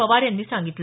पवार यांनी सांगितलं